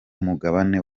mugabane